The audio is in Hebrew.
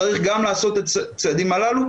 צריך גם לעשות את הצעדים הללו.